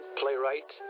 playwright